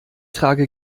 trage